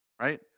right